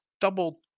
double